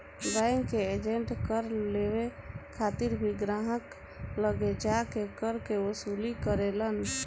bank के agent कर लेवे खातिर भी ग्राहक लगे जा के कर के वसूली करेलन